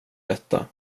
detta